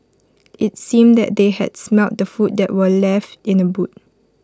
IT seemed that they had smelt the food that were left in the boot